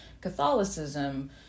Catholicism